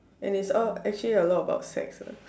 and it's all actually a lot about sex lah